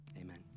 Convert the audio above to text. amen